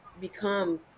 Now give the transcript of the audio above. become